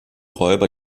räuber